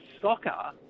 soccer